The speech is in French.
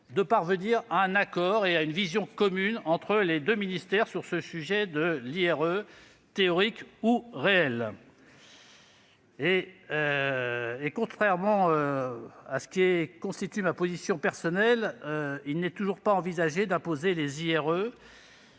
de parvenir à un accord et à une vision commune entre les deux administrations à cet égard. Par ailleurs, contrairement à ce qui constitue ma position personnelle, il n'est toujours pas envisagé d'imposer les IRE